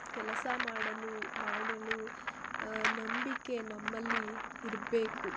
ಕೆಲಸ ಮಾಡಲು ಮಾಡಲು ನಂಬಿಕೆ ನಮ್ಮಲ್ಲಿ ಇರಬೇಕು